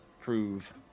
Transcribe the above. prove